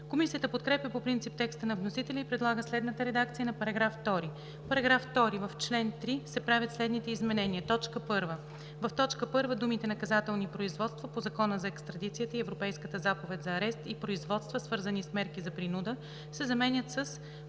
Комисията подкрепя по принцип текста на вносителя и предлага следната редакция на § 2: „§ 2. В чл. 3 се правят следните изменения: 1. В т. 1 думите „наказателни производства по Закона за екстрадицията и Европейската заповед за арест и производства, свързани с мерки за принуда“ се заменят с